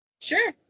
Sure